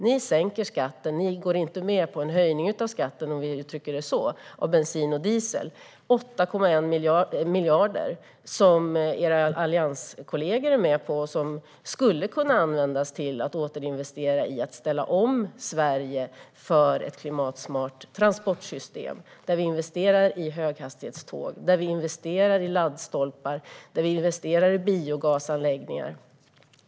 Ni sänker skatten och går inte med på en höjning av den på bensin och diesel. Era allianskollegor är med på 8,1 miljarder som skulle kunna användas till att återinvestera i att ställa om Sverige för ett klimatsmart transportsystem där vi investerar i höghastighetståg, i laddstolpar och i biogasanläggningar.